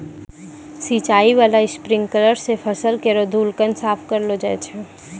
सिंचाई बाला स्प्रिंकलर सें फसल केरो धूलकण साफ करलो जाय छै